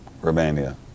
Romania